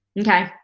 Okay